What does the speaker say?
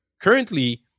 currently